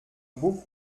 beau